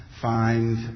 find